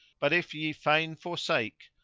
but if ye fain forsake,